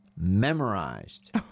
memorized